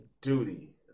duty